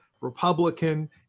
Republican